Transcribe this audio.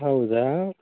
ಹೌದಾ